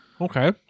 Okay